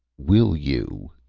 will you,